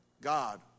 God